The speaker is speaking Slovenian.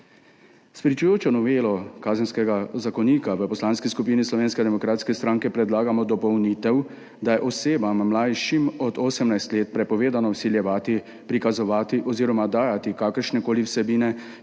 S pričujočo novelo Kazenskega zakonika v Poslanski skupini Slovenske demokratske stranke predlagamo dopolnitev, da je osebam, mlajšim od 18 let, prepovedano vsiljevati, prikazovati oziroma dajati kakršnekoli vsebine,